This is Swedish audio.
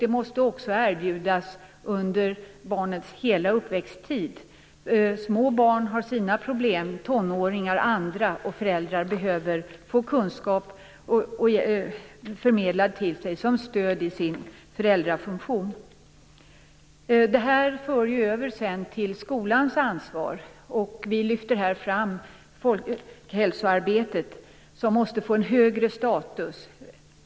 Det måste också erbjudas under barnets hela uppväxttid. Små barn har sina problem och tonåringar andra. Föräldrar behöver få kunskap förmedlad till sig som stöd i sin föräldrafunktion. Detta för ju över till skolans ansvar. Här lyfter vi fram folkhälsoarbetet. Det måste få en högre status.